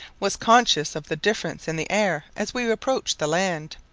was conscious of the difference in the air as we approached the land.